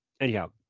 anyhow